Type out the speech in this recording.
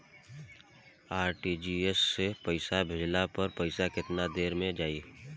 RTGS से पईसा भेजला पर पईसा केतना देर म जाई?